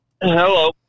Hello